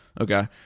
Okay